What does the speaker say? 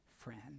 friend